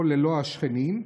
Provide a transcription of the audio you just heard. / או ללא השכנים,